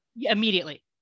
immediately